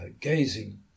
gazing